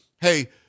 hey